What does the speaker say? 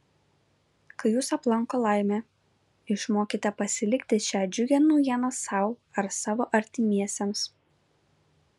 kai jus aplanko laimė išmokite pasilikti šią džiugią naujieną sau ar savo artimiesiems